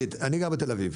אני גר בתל אביב.